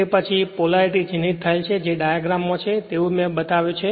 તે પછી જે પોલેરિટીચિહ્નિત થયેલ છે જે ડાયાગ્રામ માં છે તે તેવો જ રહેશે